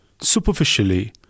Superficially